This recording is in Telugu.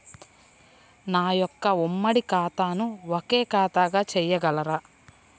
నా యొక్క ఉమ్మడి ఖాతాను ఒకే ఖాతాగా చేయగలరా?